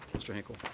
mr. hinkle.